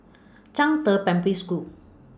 Zhangde Primary School